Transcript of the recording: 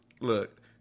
look